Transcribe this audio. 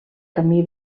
camí